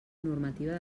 normativa